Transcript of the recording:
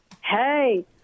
Hey